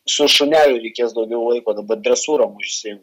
su šuneliu reikės daugiau laiko dabar dresūrom užsiimt